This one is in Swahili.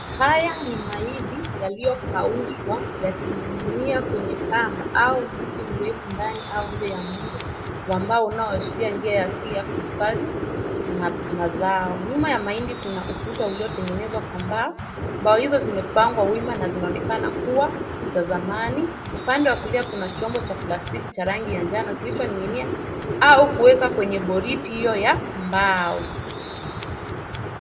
Haya ni mahindi yaliyokaushwa yakining'inia kwenye kamba au mti mrefu ndani au nje ya muundo wa mbao unaoashiria njia ya asili ya kuhifadhi mazao. Nyuma ya mahindi kuna ukuta uliotengenezwa kwa mbao, mbao hizo zimepangwa wima na zinaonekana kuwa za zamani, upande wa kulia kuna chombo cha plastiki cha rangi ya njano kilichoning'inia au kuwekwa kwenye boriti hiyo ya mbao.